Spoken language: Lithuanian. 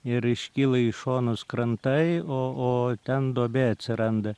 ir iškyla į šonus krantai o o ten duobė atsiranda